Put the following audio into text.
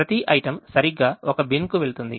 ప్రతి item సరిగ్గా ఒక బిన్కు వెళుతుంది